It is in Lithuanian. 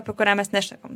apie kurią mes nešnekam